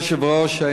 אדוני היושב-ראש,